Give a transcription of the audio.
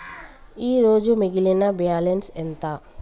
ఈరోజు మిగిలిన బ్యాలెన్స్ ఎంత?